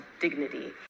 dignity